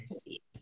see